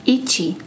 Itchy